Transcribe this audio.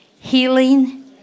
healing